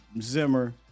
Zimmer